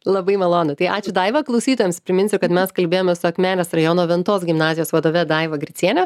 labai malonu tai ačiū daiva klausytojams priminsiu kad mes kalbėjomės su akmenės rajono ventos gimnazijos vadove daiva griciene